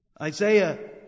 Isaiah